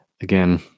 Again